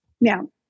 Now